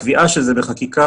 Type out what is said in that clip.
הקביעה של זה בחקיקה,